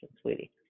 sweetie